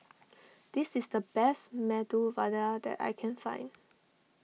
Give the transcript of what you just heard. this is the best Medu Vada that I can find